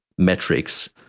Metrics